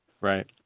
right